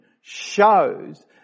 shows